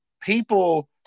people